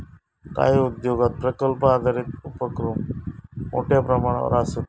काही उद्योगांत प्रकल्प आधारित उपोक्रम मोठ्यो प्रमाणावर आसता